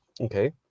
Okay